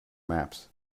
maps